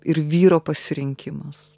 ir vyro pasirinkimas